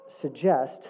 suggest